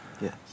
Yes